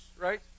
right